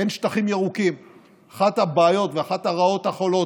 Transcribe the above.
לכן חובתנו היא גם להמשיך ולפתח שדה ניסויים לטכנולוגיה חקלאית,